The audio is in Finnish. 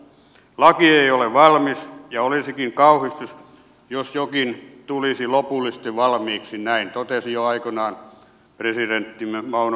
laki ei ole valmis ja olisikin kauhistus jos jokin tulisi lopullisesti valmiiksi näin totesi jo aikoinaan presidenttimme mauno koivisto